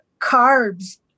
carbs